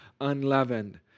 unleavened